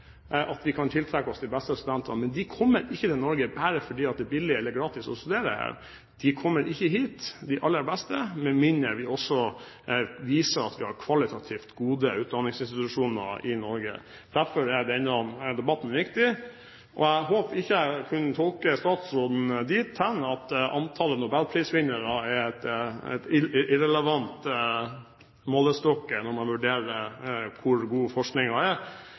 at vi kan tiltrekke oss de beste studentene, mener jeg er en viktig begrunnelse for å ha gratis utdanning i Norge. Men de kommer ikke til Norge bare fordi det er billig eller gratis å studere her. De aller beste kommer ikke med mindre vi også viser at vi har kvalitativt gode utdanningsinstitusjoner i Norge. Derfor er denne debatten viktig. Jeg håper ikke jeg kunne tolke statsråden dit hen at antallet nobelprisvinnere er en irrelevant målestokk når man vurderer hvor god forskningen er